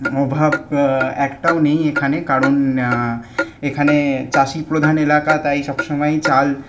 অভাব একটাও নেই এখানে কারণ এখানে চাষি প্রধান এলাকা তাই সবসময় চাল